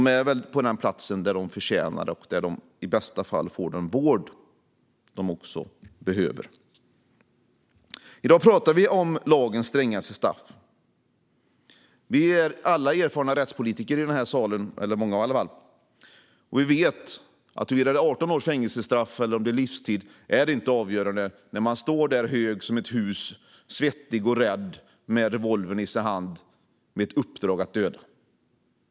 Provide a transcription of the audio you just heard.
De är väl på den plats där de förtjänar att vara och där de i bästa fall får den vård de behöver. I dag talar vi om lagens strängaste straff. Vi är många erfarna rättspolitiker i denna sal, och vi vet att det inte är avgörande om det handlar om 18 års fängelse eller livstid när man står där hög som ett hus, svettig och rädd med revolvern i sin hand, med uppdrag att döda.